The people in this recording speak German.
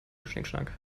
schnickschnack